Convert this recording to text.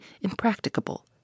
impracticable